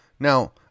Now